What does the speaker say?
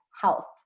health